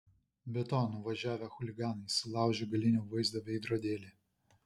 be to nuvažiavę chuliganai sulaužė galinio vaizdo veidrodėlį